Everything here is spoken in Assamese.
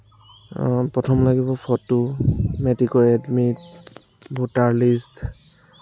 প্ৰথম লাগিব ফটো মেট্ৰিকৰ এডমিট ভোটাৰ লিষ্ট